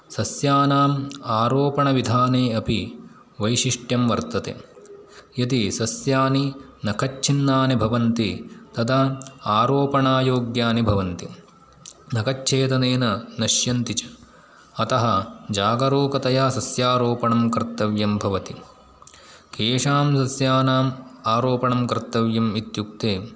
सस्यानाम् आरोपणविधाने अपि वैशिष्ट्यं वर्तते यदि सस्यानि नखच्चिन्नानि भवन्ति तदा आरोपणायोग्यानि भवन्ति नखच्चेदनेन नश्यन्ति च अतः जागरूकतया सस्यारोपणं कर्तव्यं भवति केषां सस्यानाम् आरोपणं कर्तव्यम् इत्युक्ते